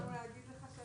באנו להגיד לך שלום.